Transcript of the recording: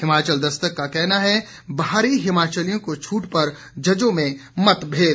हिमाचल दस्तक का कहना है बाहरी हिमाचलियों को छूट पर जजों में मतभेद